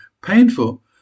painful